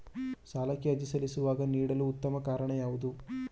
ಸಾಲಕ್ಕೆ ಅರ್ಜಿ ಸಲ್ಲಿಸುವಾಗ ನೀಡಲು ಉತ್ತಮ ಕಾರಣ ಯಾವುದು?